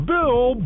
Bill